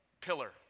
pillar